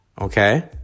okay